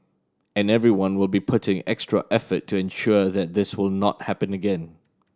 and everyone will be putting extra effort to ensure that this will not happen again